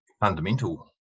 fundamental